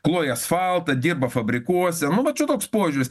kloja asfaltą dirba fabrikuose nu vat čia toks požiūris